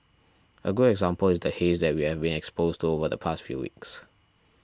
a good example is the haze that we have been exposed to over the past few weeks